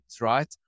right